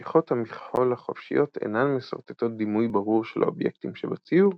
משיכות המכחול החופשיות אינן משרטטות דימוי ברור של האובייקטים שבציור,